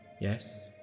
yes